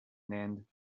named